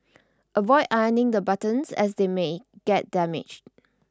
avoid ironing the buttons as they may get damaged